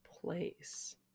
place